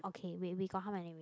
okay wait we got how many wait